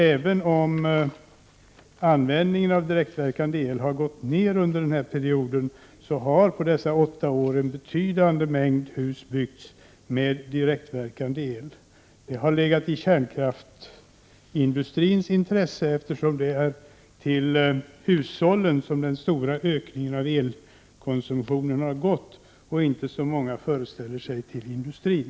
Även om användningen av direktverkande el har gått ned under den här perioden, har på dessa åtta år en betydande mängd hus byggts med direktverkande el. Det har legat i kärnkraftsindustrins intresse, eftersom det är hushållen som svarat för den stora ökningen av elkonsumtion och inte, som många föreställer sig, industrin.